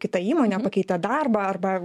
kita įmonė pakeitė darbą arba